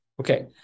Okay